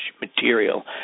material